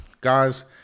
Guys